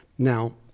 Now